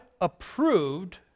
approved